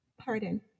Pardon